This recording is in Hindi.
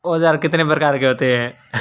औज़ार कितने प्रकार के होते हैं?